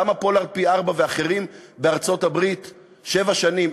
למה פולארד פי-ארבעה ואחרים בארצות-הברית ריצו שבע שנים,